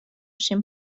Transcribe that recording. شیم